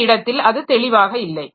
இந்த இடத்தில் அது தெளிவாக இல்லை